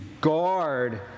guard